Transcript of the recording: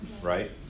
right